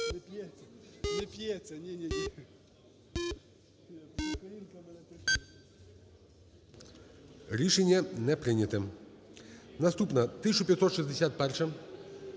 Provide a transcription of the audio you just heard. Рішення не прийнято. Наступна 1561-а.